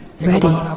ready